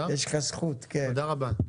תודה רבה.